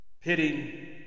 Pitting